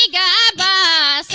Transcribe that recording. ah da da